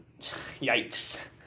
Yikes